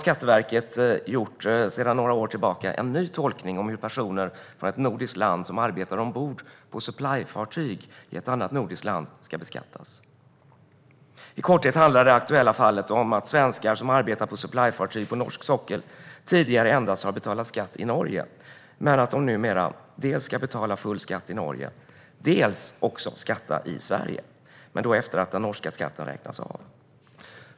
Skatteverket har sedan några år tillbaka gjort en ny tolkning av hur personer från ett nordiskt land som arbetar ombord på supplyfartyg i ett annat nordiskt land ska beskattas. I korthet handlar det aktuella fallet om att svenskar som arbetat på supplyfartyg på norsk sockel tidigare endast har betalat skatt i Norge men numera ska dels betala full skatt i Norge, dels skatta även i Sverige - men då efter att den norska skatten räknats av.